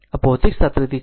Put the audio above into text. આ ભૌતિકશાસ્ત્ર થી છે